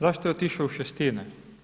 Zašto je otišao u Šestine?